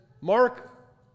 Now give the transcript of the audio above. Mark